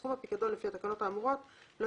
סכום הפיקדון לפי התקנות האמורות לא